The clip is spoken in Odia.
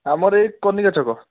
ଆମର ଏଇ କନିକା ଛକ